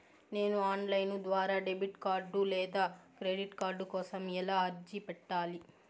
నేను online ద్వారా debit card లేదా క్రెడిట్ కార్డు కోసం ఎలా అర్జీ పెట్టాలి?